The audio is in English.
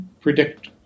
predict